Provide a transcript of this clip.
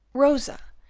rosa,